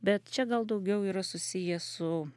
bet čia gal daugiau yra susiję su